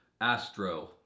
Astro